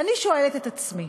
ואני שואלת את עצמי,